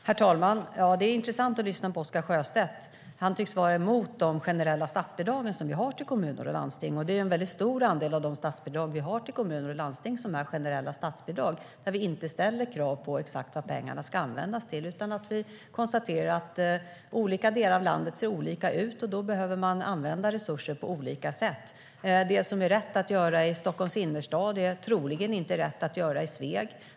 Herr talman! Det är intressant att lyssna på Oscar Sjöstedt. Han tycks vara mot de generella statsbidragen till kommuner och landsting. En mycket stor del av statsbidragen till kommuner och landsting är generella. Vi ställer inte exakta krav på vad pengarna ska användas till. Olika delar av landet ser olika ut, och då behöver man använda resurser på olika sätt. Det som är rätt att göra i Stockholms innerstad är troligen inte rätt att göra i Sveg.